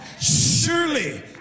Surely